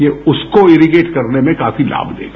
ये उसको इरिगेट करने में काफी लाभ देगा